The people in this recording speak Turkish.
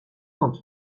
not